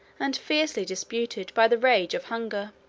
and fiercely disputed, by the rage of hunger.